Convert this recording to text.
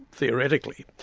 theoretically.